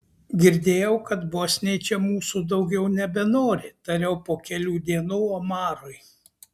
girdėjau kad bosniai čia mūsų daugiau nebenori tariau po kelių dienų omarui